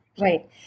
Right